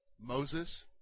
Moses